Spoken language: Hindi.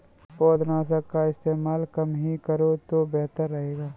पौधनाशक का इस्तेमाल कम ही करो तो बेहतर रहेगा